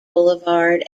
boulevard